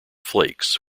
flakes